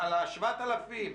על ה-7,000?